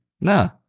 no